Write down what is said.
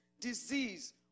disease